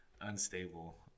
unstable